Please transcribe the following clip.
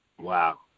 Wow